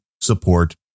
support